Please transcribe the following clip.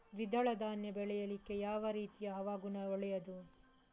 ದ್ವಿದಳ ಧಾನ್ಯ ಬೆಳೀಲಿಕ್ಕೆ ಯಾವ ರೀತಿಯ ಹವಾಗುಣ ಒಳ್ಳೆದು?